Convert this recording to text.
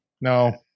no